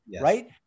right